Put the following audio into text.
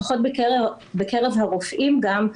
לפחות בקרב הרופאים גם,